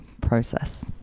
process